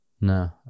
no